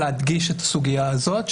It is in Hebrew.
להדגיש את הסוגיה הזאת,